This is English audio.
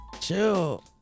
Chill